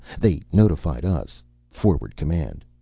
they notified us forward command.